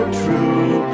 true